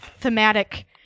thematic